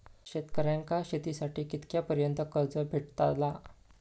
शेतकऱ्यांका शेतीसाठी कितक्या पर्यंत कर्ज भेटताला?